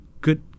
good